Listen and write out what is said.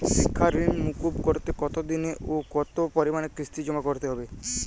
শিক্ষার ঋণ মুকুব করতে কতোদিনে ও কতো পরিমাণে কিস্তি জমা করতে হবে?